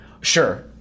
Sure